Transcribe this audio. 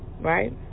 right